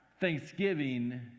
thanksgiving